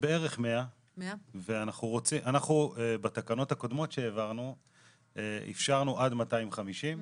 בערך 100. ואנחנו בתקנות הקודמות שהעברנו אפשרנו עד 250,